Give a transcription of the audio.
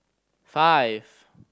five